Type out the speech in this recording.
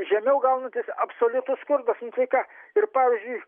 žemiau gaunantis absoliutus skurdas nu tai ką ir pavyzdžiui